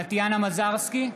טטיאנה מזרסקי,